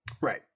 Right